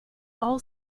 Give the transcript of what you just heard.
all